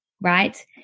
right